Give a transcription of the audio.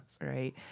right